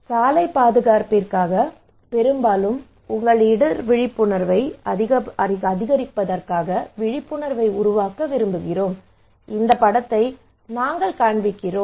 சாலை பாதுகாப்பிற்காக பெரும்பாலும் உங்கள் இடர் விழிப்புணர்வை அதிகரிப்பதற்காக விழிப்புணர்வை உருவாக்க விரும்புகிறோம் இந்த படத்தை நாங்கள் காண்பிக்கிறோம்